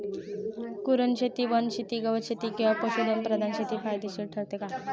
कुरणशेती, वनशेती, गवतशेती किंवा पशुधन प्रधान शेती फायदेशीर ठरते का?